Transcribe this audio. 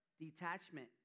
Detachment